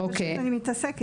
כי פשוט אני מתעסקת.